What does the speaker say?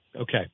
Okay